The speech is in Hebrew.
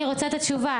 אני רוצה את התשובה.